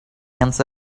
hens